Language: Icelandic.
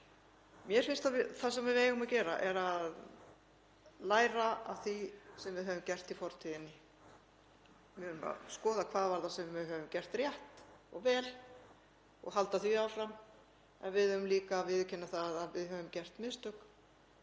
Grindavík. Það sem við eigum að gera er að læra af því sem við höfum gert í fortíðinni. Við eigum að skoða hvað það er sem við höfum gert rétt og vel og halda því áfram en við eigum líka að viðurkenna að við höfum gert mistök.